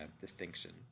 distinction